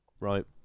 Right